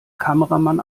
kameramann